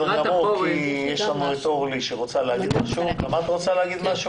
לקראת החורף, ואתה אמרת זה,